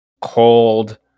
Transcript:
cold